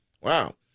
Wow